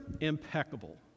impeccable